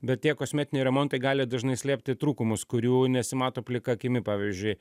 bet tie kosmetiniai remontai gali dažnai slėpti trūkumus kurių nesimato plika akimi pavyzdžiui